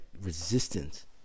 resistance